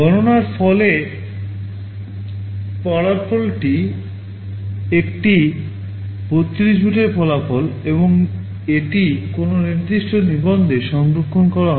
গণনার পরে ফলাফলটিও একটি 32 বিটের ফলাফল এবং এটি কোনও নির্দিষ্ট নিবন্ধে সংরক্ষণ করা হবে